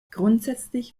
grundsätzlich